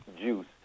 juice